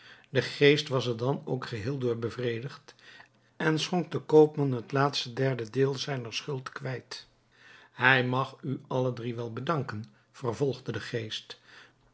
de geest was er dan ook geheel door bevredigd en schonk den koopman het laatste derde deel zijner schuld kwijt hij mag u alle drie wel bedanken vervolgde de geest